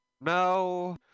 no